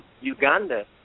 Uganda